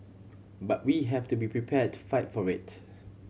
but we have to be prepare to fight for it